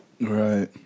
right